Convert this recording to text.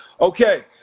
Okay